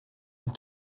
and